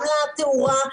גם לתאורה,